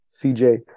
CJ